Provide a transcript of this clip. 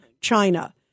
China